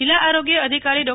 જીલ્લા આરોગ્ય અધિકારી ડો